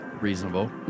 Reasonable